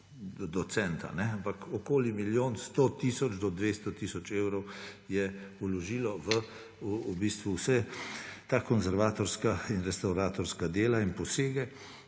do centa, ampak okoli milijon 100 tisoč do 200 tisoč evrov je vložilo v vsa ta konservatorska in restavratorska dela in posege.